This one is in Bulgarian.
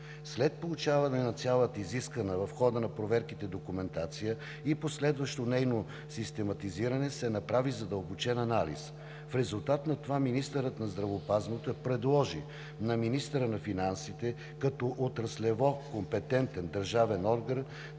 След получаване на цялата изискана в хода на проверките документация и последващо нейно систематизиране се направи задълбочен анализ. В резултат на това министърът на здравеопазването предложи на министъра на финансите като отраслово компетентен държавен орган